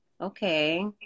okay